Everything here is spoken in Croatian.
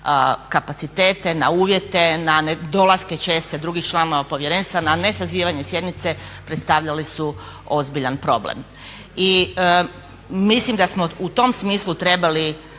kapacitete, na uvjete, na nedolaske česte drugih članova Povjerenstva, na nesazivanje sjednice predstavljali su ozbiljan problem. I mislim da smo u tom smislu trebali